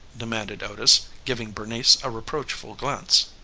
demanded otis, giving bernice a reproachful glance.